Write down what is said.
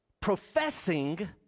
professing